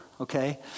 Okay